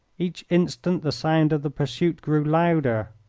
each instant the sound of the pursuit grew louder.